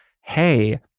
hey